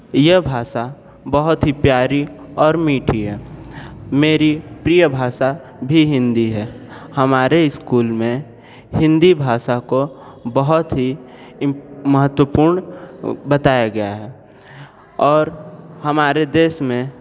यह भाषा बहुत ही प्यारी और मीठी है मेरी प्रिय भाषा भी हिंदी है हमारे स्कूल में हिंदी भाषा को बहुत ही महत्वपूर्ण बताया गया है और हमारे देश में